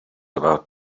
about